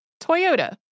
Toyota